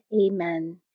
Amen